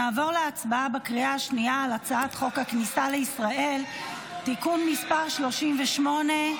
נעבור להצבעה בקריאה שנייה על הצעת חוק הכניסה לישראל (תיקון מס' 38),